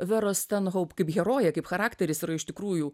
veros stenhoup kaip herojė kaip charakteris yra iš tikrųjų